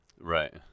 Right